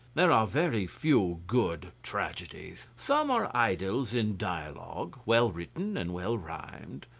there are very few good tragedies some are idylls in dialogue, well written and well rhymed,